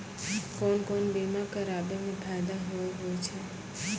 कोन कोन बीमा कराबै मे फायदा होय होय छै?